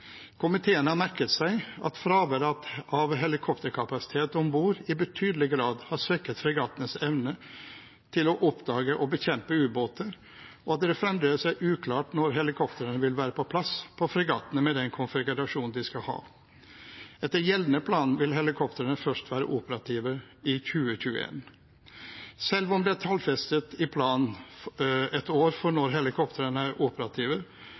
Komiteen har merket seg at fraværet av helikopterkapasitet om bord i betydelig grad har svekket fregattens evne til å oppdage og bekjempe ubåter, og at det fremdeles er uklart når helikoptrene vil være på plass på fregattene med den konfigurasjonen de skal ha. Etter gjeldende plan vil helikoptrene først være operative i 2021. Selv om det er tallfestet i planen et år for når helikoptrene er operative,